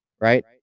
right